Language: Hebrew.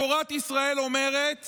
תורת ישראל אומרת